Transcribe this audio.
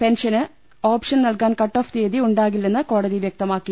pension option നൽകാൻ cut off തീയതി ഉണ്ടാകില്ലെന്ന് കോടതി വൃക്തമാക്കി